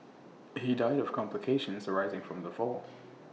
he died of complications arising from the fall